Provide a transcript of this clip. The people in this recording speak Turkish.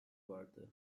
vardı